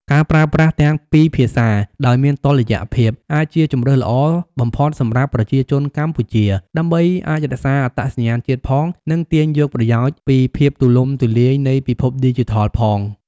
ការប្រើប្រាស់ទាំងពីរភាសាដោយមានតុល្យភាព អាចជាជម្រើសល្អបំផុតសម្រាប់ប្រជាជនកម្ពុជា ដើម្បីអាចរក្សាអត្តសញ្ញាណជាតិផង និងទាញយកប្រយោជន៍ពីភាពទូលំទូលាយនៃពិភពឌីជីថលផង។